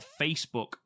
Facebook